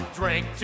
drink